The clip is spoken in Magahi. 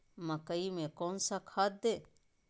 मकई में कौन सा खाद दे?